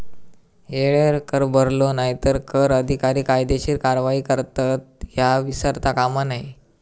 येळेवर कर भरलो नाय तर कर अधिकारी कायदेशीर कारवाई करतत, ह्या विसरता कामा नये